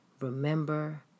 Remember